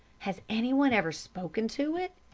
has anyone ever spoken to it?